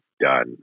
done